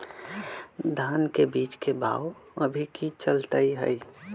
धान के बीज के भाव अभी की चलतई हई?